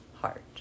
heart